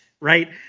right